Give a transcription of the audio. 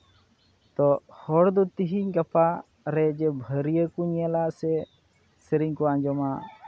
ᱛᱚ ᱦᱚᱲ ᱫᱚ ᱛᱤᱦᱤᱧ ᱜᱟᱯᱟ ᱨᱮ ᱡᱮ ᱵᱷᱟᱹᱨᱭᱟᱹ ᱠᱚ ᱧᱮᱞᱟ ᱥᱮ ᱥᱮᱨᱮᱧ ᱠᱚ ᱟᱸᱡᱚᱢᱟ